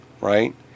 right